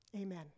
Amen